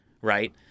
right